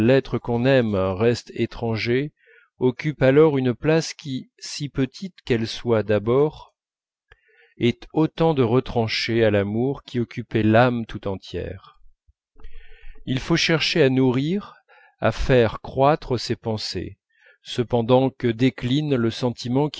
l'être qu'on aime reste étranger occupent alors une place qui si petite qu'elle soit d'abord est autant de retranché à l'amour qui occupait l'âme tout entière il faut chercher à nourrir à faire croître ces pensées cependant que décline le sentiment